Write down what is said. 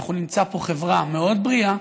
אנחנו נמצא פה חברה מאוד בריאה,